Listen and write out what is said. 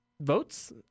votes